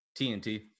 TNT